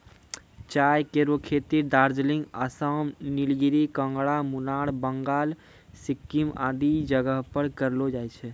चाय केरो खेती दार्जिलिंग, आसाम, नीलगिरी, कांगड़ा, मुनार, बंगाल, सिक्किम आदि जगह पर करलो जाय छै